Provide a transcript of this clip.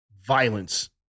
Violence